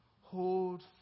Hold